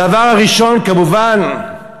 הדבר הראשון, כמובן,